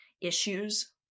issues